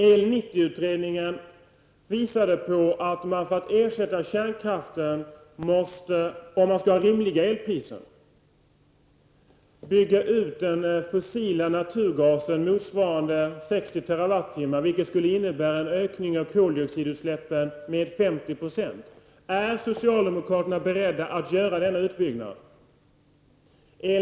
El 90 utredningen visade på att man, om man skall ha rimliga elpriser, för att ersätta kärnkraften måste bygga ut den fossila naturgasen motsvarande 60 TWh, vilket skulle innebära en ökning av koldioxidutsläppen med 50 %. Är socialdemokraterna beredda att göra denna utbyggnad? Fru talman!